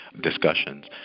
discussions